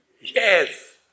Yes